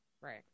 Right